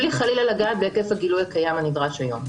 בלי חלילה לגעת בהיקף הגילוי הקיים הנדרש היום.